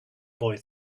boy